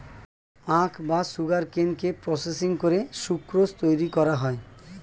আখ বা সুগারকেনকে প্রসেসিং করে সুক্রোজ তৈরি করা হয়